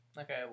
Okay